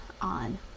on